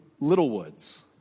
Littlewoods